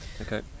Okay